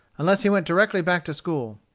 unless he went directly back to school.